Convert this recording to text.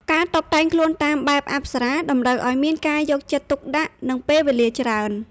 ការតុបតែងខ្លួនតាមបែបអប្សរា តម្រូវឱ្យមានការយកចិត្តទុកដាក់ និងពេលវេលាច្រើន។